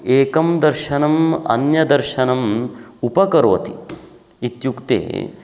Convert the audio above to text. एकं दर्शनम् अन्यदर्शनम् उपकरोति इत्युक्ते